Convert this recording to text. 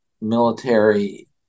military